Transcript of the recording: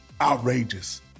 outrageous